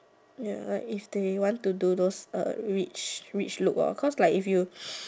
ya if they want to those uh rich rich look cause like if you